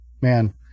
man